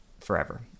forever